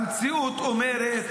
המציאות אומרת: